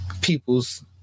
people's